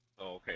okay